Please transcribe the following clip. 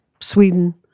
Sweden